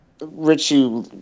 Richie